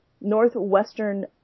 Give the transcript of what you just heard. Northwestern